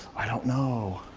i don't know.